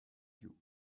you